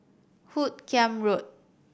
Hoot Kiam Road